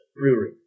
brewery